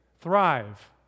thrive